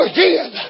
Again